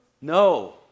No